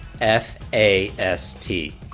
F-A-S-T